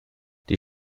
die